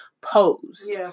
posed